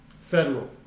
Federal